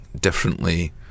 differently